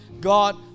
God